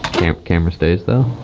camera stays, though?